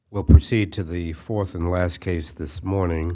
we'll proceed to the fourth and last case this morning